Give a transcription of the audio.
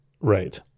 Right